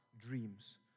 dreams